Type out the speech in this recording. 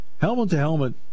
helmet-to-helmet